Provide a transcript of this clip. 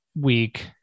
week